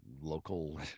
local